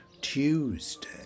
Tuesday